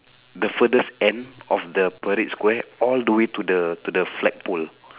the furthest end of the parade square all the way to the to the flagpole